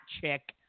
chick